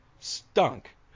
stunk